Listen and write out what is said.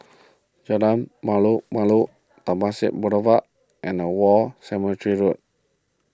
Jalan Malu Malu Temasek Boulevard and War Cemetery Road